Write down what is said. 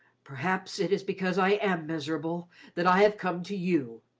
perhaps it is because i am miserable that i have come to you,